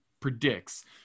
predicts